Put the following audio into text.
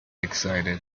excited